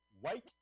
white